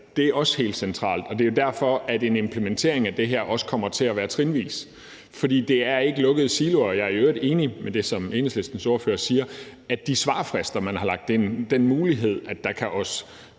det her, også er helt centralt. Det er derfor, at en implementering af det her også kommer til at være trinvis, for det er ikke lukkede siloer. Jeg er i øvrigt enig i det, som Enhedslistens ordfører siger om de svarfrister, man har lagt ind, og den mulighed, at der også